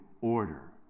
order